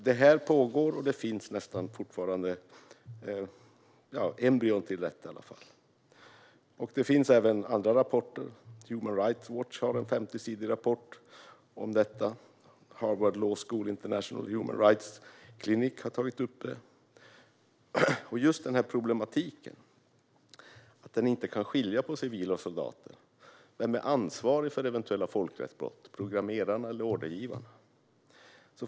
Detta pågår - det finns i alla fall embryon till det. Det finns andra rapporter. Human Rights Watch har en 50-sidig rapport om detta, och Harvard Law School International Human Rights Clinic har tagit upp det och just denna problematik: att dessa vapen inte kan skilja mellan civila och soldater. Vem är ansvarig för eventuella folkrättsbrott, programmerarna eller ordergivarna?